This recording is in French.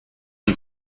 une